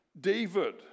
David